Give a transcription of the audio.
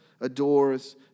adores